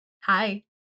Hi